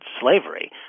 slavery